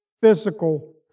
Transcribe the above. physical